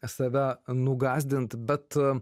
save nugąsdint bet